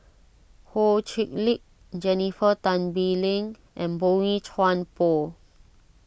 Ho Chee Lick Jennifer Tan Bee Leng and Boey Chuan Poh